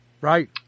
right